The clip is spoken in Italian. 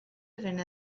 venne